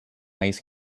ice